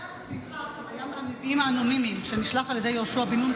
אתה יודע שפינחס היה מהנביאים האנונימיים שנשלח על ידי יהושע בן נון?